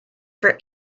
for